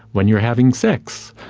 when you are having sex,